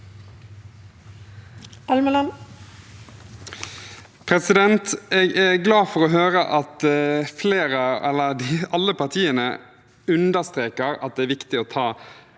Jeg er glad for å høre at alle partiene understreker at det er viktig å ta